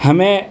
ہمیں